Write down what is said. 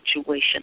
situation